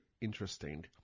interesting